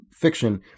fiction